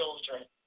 children